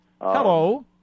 Hello